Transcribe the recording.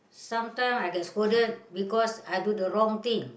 sometime I get scolded because I do the wrong thing